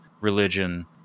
religion